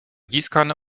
gießkanne